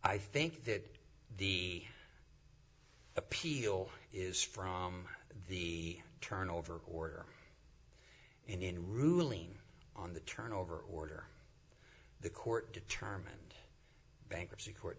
i think that the appeal is from the turnover order and in ruling on the turnover order the court determined bankruptcy court